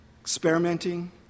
experimenting